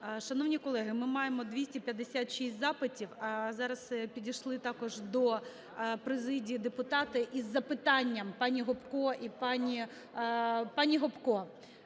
Шановні колеги, ми маємо 256 запитів. Зараз підішли також до президії депутати із запитанням, пані Гопко і пані...